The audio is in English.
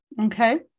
Okay